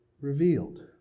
revealed